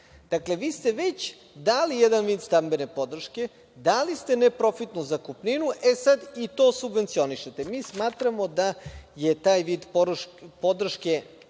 Dakle, vi ste već dali jedan vid stambene podrške, dali ste neprofitnu zakupninu i sada to subvencionišete. Smatramo da je taj vid podrške